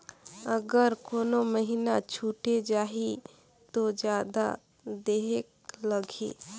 अगर कोनो महीना छुटे जाही तो जादा देहेक लगही?